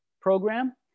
program